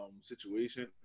situation